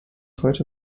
heute